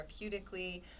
therapeutically